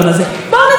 זה לא באמת,